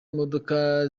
modoka